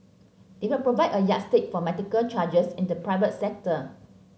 they will provide a yardstick for medical charges in the private sector